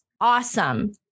awesome